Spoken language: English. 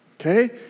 okay